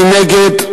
מי נגד?